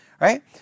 right